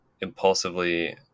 impulsively